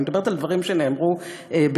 ואני מדברת על דברים שנאמרו בציטוט,